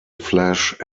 flash